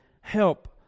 help